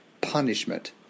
punishment